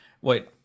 Wait